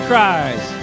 Cries